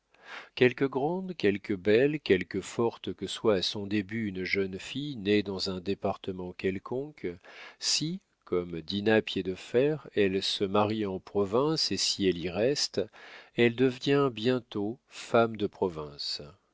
quelque grande quelque belle quelque forte que soit à son début une jeune fille née dans un département quelconque si comme dinah piédefer elle se marie en province et si elle y reste elle devient bientôt femme de province